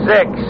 Six